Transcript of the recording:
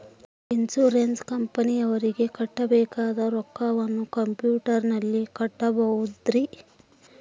Insurance ಕಂಪನಿಯವರಿಗೆ ಕಟ್ಟಬೇಕಾದ ರೊಕ್ಕವನ್ನು ಕಂಪ್ಯೂಟರನಲ್ಲಿ ಕಟ್ಟಬಹುದ್ರಿ?